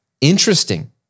Interesting